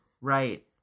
Right